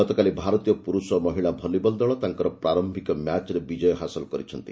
ଗତକାଲି ଭାରତୀୟ ପୁରୁଷ ଓ ମହିଳା ଭଲିବଲ୍ ଦଳ ତାଙ୍କର ପ୍ରାର୍ୟିକ ମ୍ୟାଚ୍ରେ ବିଜୟ ହାସଲ କରିଛନ୍ତି